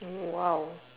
!wow!